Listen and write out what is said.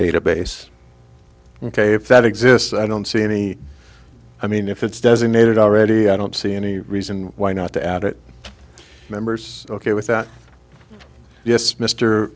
database ok if that exists i don't see any i mean if it's designated already i don't see any reason why not to add it members ok with that yes mr